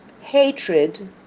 hatred